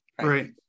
Right